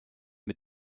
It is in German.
mit